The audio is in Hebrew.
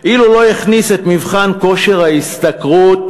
אילו לא הכניס את מבחן כושר ההשתכרות,